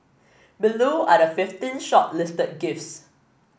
below are the fifteen shortlisted gifts